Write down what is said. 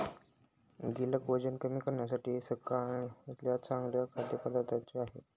गिलक वजन कमी करण्यासाठी सगळ्यात चांगल्या खाद्य पदार्थांमधून एक आहे